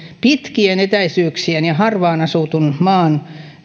pitkien etäisyyksien ja harvaan asutun maan